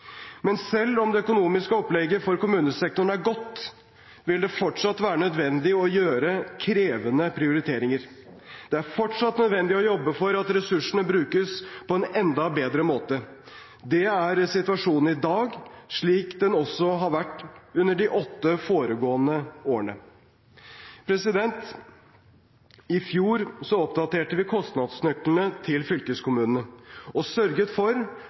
Men selv om det økonomiske opplegget for kommunesektoren er godt, vil det fortsatt være nødvendig å gjøre krevende prioriteringer. Det er fortsatt nødvendig å jobbe for at ressursene brukes på en enda bedre måte. Det er situasjonen i dag, slik den også var det under de åtte foregående årene. I fjor oppdaterte vi kostnadsnøklene til fylkeskommunene og sørget for